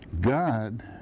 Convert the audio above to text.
God